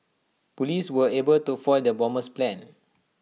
Police were able to foil the bomber's plan